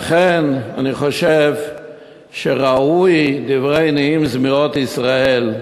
אכן, אני חושב שראוי, דברי נעים זמירות ישראל: